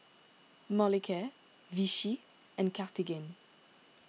Molicare Vichy and Cartigain